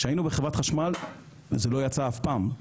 כשהיינו בחברת חשמל זה לא יצא אף פעם,